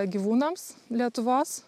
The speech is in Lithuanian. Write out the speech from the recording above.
gyvūnams lietuvos